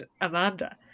Amanda